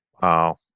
Wow